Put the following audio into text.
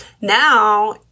Now